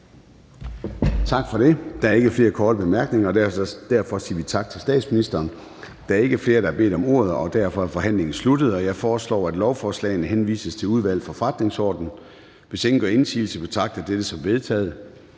Gade): Der er ikke flere korte bemærkninger, og derfor siger vi tak til statsministeren. Der er ikke flere, der har bedt om ordet, og derfor er forhandlingen sluttet. Jeg foreslår, at lovforslagene henvises til Udvalget for Forretningsordenen. Hvis ingen gør indsigelse, betragter jeg dette som vedtaget.